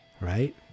Right